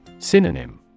Synonym